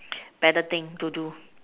better thing to do